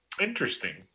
Interesting